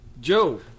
Joe